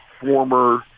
former